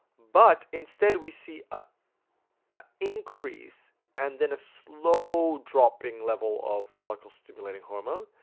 but instead we see a a increase and then a slow dropping level of follicle stimulating hormone,